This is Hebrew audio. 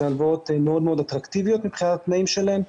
אלה הלוואות מאוד אטרקטיביות מבחינת התנאים שלהן,